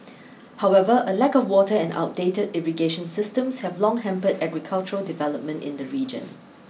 however a lack of water and outdated irrigation systems have long hampered agricultural development in the region